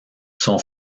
son